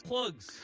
Plugs